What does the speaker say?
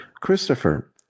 Christopher